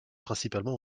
principalement